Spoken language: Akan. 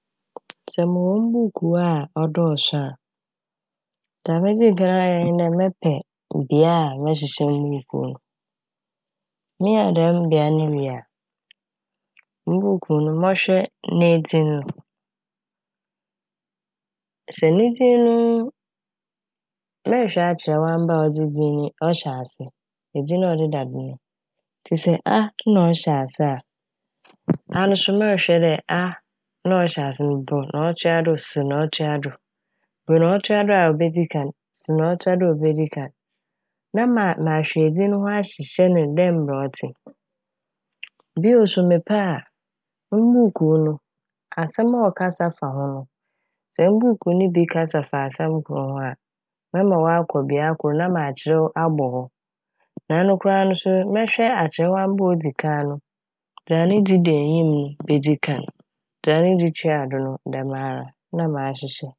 Sɛ mowɔ mbuukuu a ɔdɔɔso a dza medzi nkan ayɛ nye dɛ mɛpɛ bea a mɛhyehyɛ mbuukuu no. Minya dɛm bea no wie a, mbuukuu no mɔhwɛ n'edzin no. Sɛ ne dzin no, mɛhwehwɛ akyerɛwamba a ɔdze dzin no ɔhyɛ ase, edzin ɔdeda do no. Ntsi sɛ "a" na ɔhyɛ ase a, ano so no mɛhwehwɛ dɛ "a" na ɔhyɛ ase no "b" na ɔtoa do "c" na ɔtoa do, "b" na ɔtoa do a obedzi kan, "c" na ɔtoa do a obedzi kan. Na mahwɛ edzin no ho ahyehyɛ no dɛ mbrɛ ɔtse. Bio so mepɛ a mbuukuu no asɛm a ɔkasa fa ho no, sɛ mbuukuu no bi kasa fa asɛm kor ho a mɛma ɔakɔ bea kor na makyerɛw abɔ hɔ. Na ɔno koraa so mɔhwɛ akyerɛwamba a odzi kan no dza me dze dzi enyim no bedzi kan dza ne dze toa do no dɛmara na mahyehyɛ.